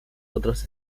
otros